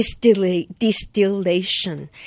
distillation